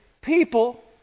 people